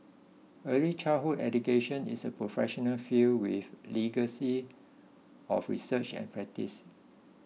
early childhood education is a professional field with legacy of research and practice